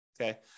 Okay